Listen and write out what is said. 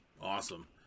Awesome